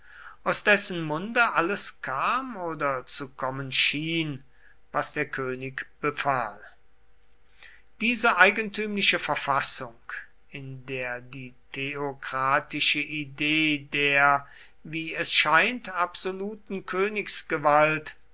aus dessen munde alles kam oder zu kommen schien was der könig befahl diese eigentümliche verfassung in der die theokratische idee der wie es scheint absoluten königsgewalt